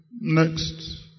Next